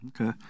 Okay